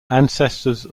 ancestors